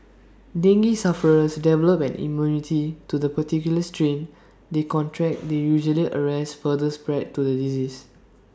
dengue sufferers develop an immunity to the particular strain they contract that usually arrests further spread to the disease